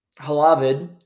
Halavid